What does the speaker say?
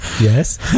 Yes